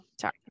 sorry